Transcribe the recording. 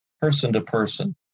person-to-person